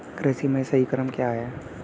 कृषि में सही क्रम क्या है?